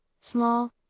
small